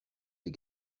les